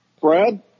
Brad